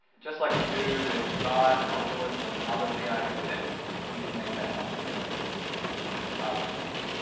just like we do with vive and oculus and other vr headsets, we can make that content available, so, that's part of the plan, yep.